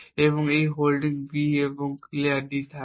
এবং এই holding B এবং ক্লিয়ার D আসবে